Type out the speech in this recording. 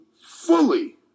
fully